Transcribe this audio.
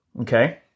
okay